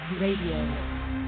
Radio